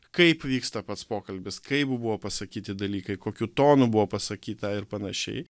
kaip vyksta pats pokalbis kaip buvo pasakyti dalykai kokiu tonu buvo pasakyta ir panašiai